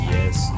Yes